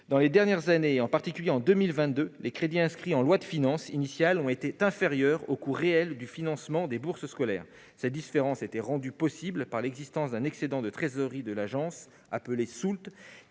Dans les dernières années, et en particulier en 2022, les crédits inscrits en loi de finances initiale ont été inférieurs au coût réel du financement des bourses scolaires. Cette différence était rendue possible par l'existence d'un excédent de trésorerie de l'Agence, appelé « soulte